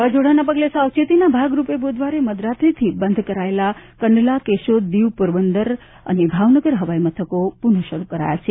વાવાઝોડાના પગલે સાવચેતીના ભાગરૂપે બુધવારે મધરાત્રીથી બંધ કરાયેલા કંડલા કેશોદ દીવ પોરબંદર ભાવનગર હવાઈ મથકો પુનઃ શરૂ કરાયા છે